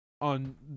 on